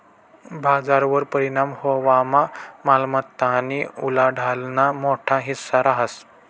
बजारवर परिणाम व्हवामा मालमत्तानी उलाढालना मोठा हिस्सा रहास